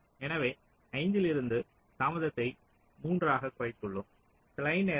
எனவே 5 இலிருந்து தாமதத்தை 3 ஆக குறைத்துள்ளோம்